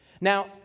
Now